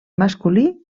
masculí